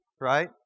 Right